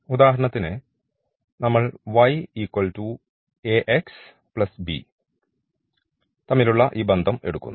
ഉദാഹരണത്തിന് നമ്മൾ y Ax B തമ്മിലുള്ള ഈ ബന്ധം എടുക്കുന്നു